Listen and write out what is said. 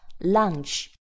lunch